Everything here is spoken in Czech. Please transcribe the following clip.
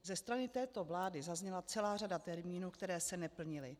Ze strany této vlády zazněla celá řada termínů, které se neplnily.